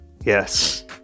Yes